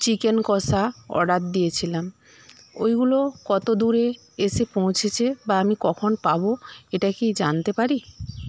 chicken kosha order দিয়েছিলাম ওইগুলো কত দূরে এসে পৌঁছেছে বা আমি কখন পাবো এটা কি জানতে পারি